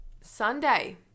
Sunday